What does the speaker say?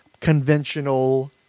conventional